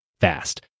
fast